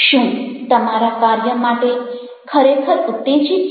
શું તમે તમારા કાર્ય માટે ખરેખર ઉત્તેજિત છો